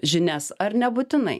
žinias ar nebūtinai